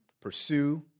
pursue